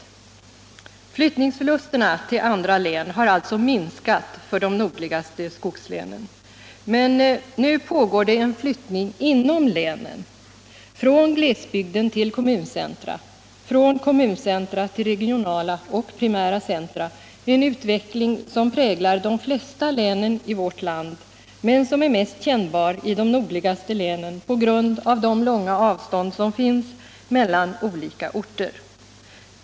Flyttningsförlusterna till andra län har alltså minskat för de nordligaste skogslänen, men det pågår nu en flyttning inom länen från glesbygden till kommuncentra, från kommuncentra till regionala och primära centra. Detta är en utveckling som präglar de flesta län i vårt land. men som är mest kännbar i de nordligaste länen på grund av de långa avstånd som finns mellan olika orter.